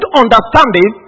understanding